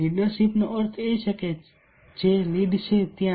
લીડરશીપનો અર્થ છે જે લીડ છે ત્યાં